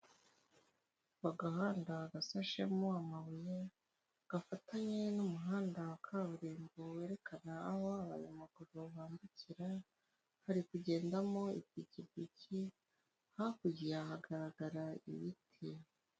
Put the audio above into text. Agahanda gasashemo amabuye gafatanye n'umuhanda wa kaburimbo werekana aho abanyamaguru bambukira hari kugendamo ipikipiki hakurya hagaragara ibiti.